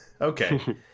Okay